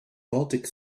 baltic